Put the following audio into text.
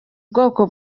bwoko